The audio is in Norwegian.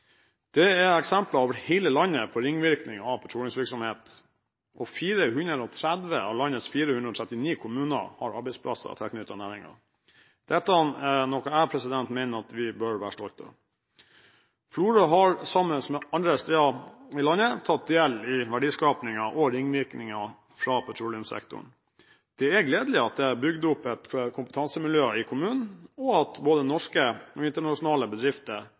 Det er eksempler over hele landet på ringvirkninger av petroleumsvirksomhet, og 430 av landets 439 kommuner har arbeidsplasser tilknyttet næringen. Dette er noe jeg mener vi bør være stolte av. Florø har sammen med andre steder i landet tatt del i verdiskapingen og ringvirkningene fra petroleumssektoren. Det er gledelig at det er bygd opp et kompetansemiljø i kommunen, og at både norske og internasjonale bedrifter